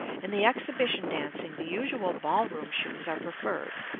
in the exhibition dancing the usual ball room shoes are preferred.